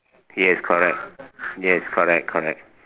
yes correct yes correct correct